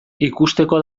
ikusteko